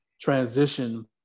transition